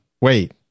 wait